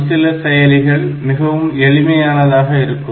ஒரு சில செயலிகள் மிகவும் எளிமையானதாக இருக்கும்